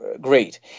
great